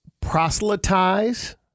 proselytize